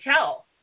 tell